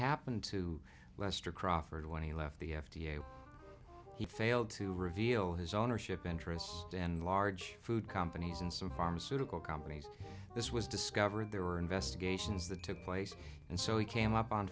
happened to lester crawford when he left the f d a he failed to reveal his ownership interest in large food companies and some pharmaceutical companies this was discovered there were investigations that took place and so he came up on